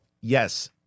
yes